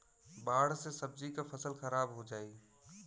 बाढ़ से सब्जी क फसल खराब हो जाई